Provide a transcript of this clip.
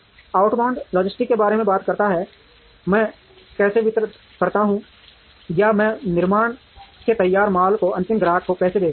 outbound logistics के बारे में बात करता है मैं कैसे वितरित करता हूं या मैं निर्माण से तैयार माल को अंतिम ग्राहक को कैसे भेजता हूं